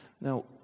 Now